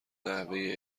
نحوه